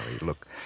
Look